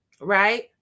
right